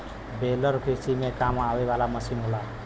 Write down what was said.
baler कृषि में काम आवे वाला मसीन होला